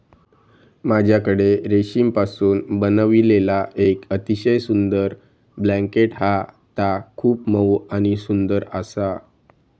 माझ्याकडे रेशीमपासून बनविलेला येक अतिशय सुंदर ब्लँकेट हा ता खूप मऊ आणि सुंदर आसा